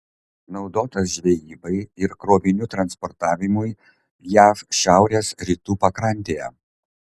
naudotas žvejybai ir krovinių transportavimui jav šiaurės rytų pakrantėje